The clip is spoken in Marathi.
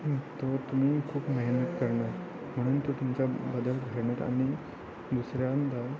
तो तुम्ही खूप मेहनत करणार म्हणून तो तुमच्या बदल आणि दुसऱ्याने जाव